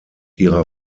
ihrer